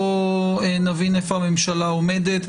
בואי נבין איפה הממשלה עומדת,